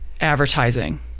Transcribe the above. advertising